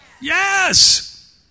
Yes